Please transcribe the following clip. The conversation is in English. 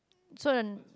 so the